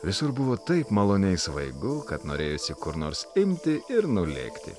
visur buvo taip maloniai svaigu kad norėjosi kur nors imti ir nulėkti